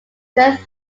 church